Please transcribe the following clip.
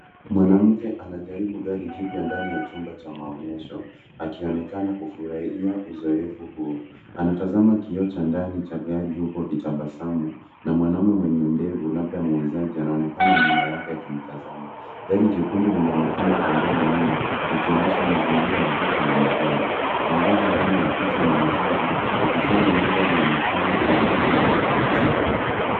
Mwanamke anajaribu gari jipya ndani ya chumba cha maonyesho akionekana kufurahia uzoefu huo. Anatazama kioo cha ndani cha gari huku akitabasamu, na mwanaume mwenye ndevu labda muuzaji anaonekana nyuma yake akimtazama. Gari jekundu linaonekana kwa mbali nyuma likionyesha mazingira ya duka la magari. Mwangaza ndani ya picha ni mzuri ukifanya mandhari ionekane angavu na ya kuvutia.